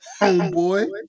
Homeboy